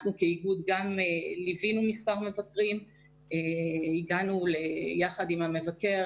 אנחנו כאיגוד גם ליווינו מספר מבקרים והגענו יחד עם המבקר